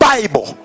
Bible